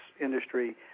industry